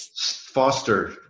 foster